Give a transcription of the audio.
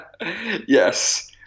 Yes